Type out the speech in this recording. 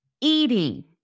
eating